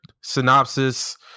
synopsis